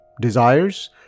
Desires